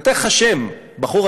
אני אתן לך שם: בחור,